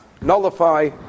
nullify